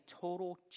total